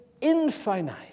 infinite